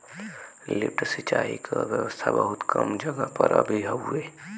lift सिंचाई क व्यवस्था बहुत कम जगह पर अभी हउवे